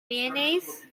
mayonnaise